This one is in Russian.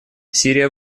сирия